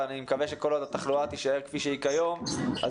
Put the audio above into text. ואני מקווה שכל עוד התחלואה תישאר כפי שהיא כיום אז